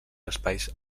espais